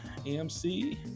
AMC